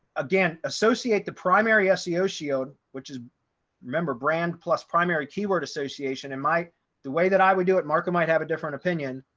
again, associate the primary ah seo shield which is remember brand plus primary keyword association in my the way that i would do it mark might have a different opinion.